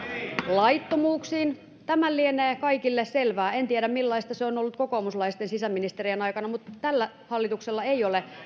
laittomuuksiin tämä lienee kaikille selvää en tiedä millaista se on ollut kokoomuslaisten sisäministerien aikana mutta tällä hallituksella ei ole